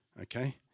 Okay